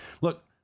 look